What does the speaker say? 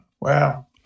wow